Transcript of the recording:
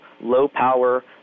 low-power